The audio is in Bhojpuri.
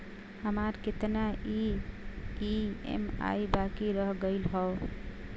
हमार कितना ई ई.एम.आई बाकी रह गइल हौ?